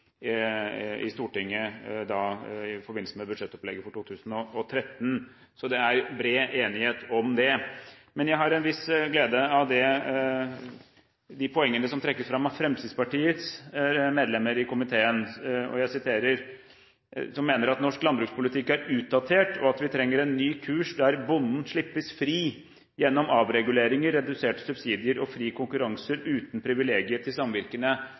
i Stortinget i forbindelse med budsjettopplegget for 2013, så det er bred enighet om det. Men jeg har en viss glede av de poengene som trekkes fram av Fremskrittspartiets medlemmer i komiteen, som mener at «norsk landbrukspolitikk er utdatert, og at vi trenger en ny kurs der bonden slippes fri gjennom avreguleringer, reduserte subsidier og fri konkurranse uten privilegier til samvirkene».